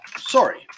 sorry